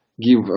Give